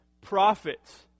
prophets